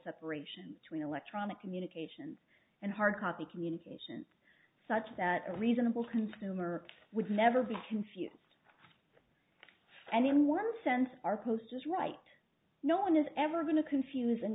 separation between electronic communications and hard copy communications such that a reasonable consumer would never be confused and in one sense our post is right no one is ever going to confus